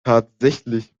tatsächlich